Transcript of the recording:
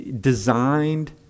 designed